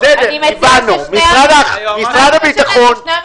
תגישו את זה ביחד.